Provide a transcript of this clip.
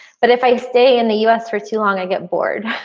but if i stay in the us for too long i get bored.